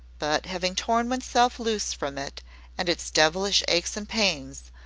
but having torn oneself loose from it and its devilish aches and pains,